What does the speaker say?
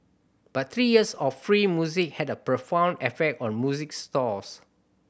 but three years of free music had a profound effect on music stores